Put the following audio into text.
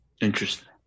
Interesting